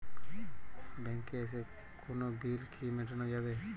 ব্যাংকে এসে কোনো বিল কি মেটানো যাবে?